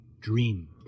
Dream